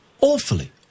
awfully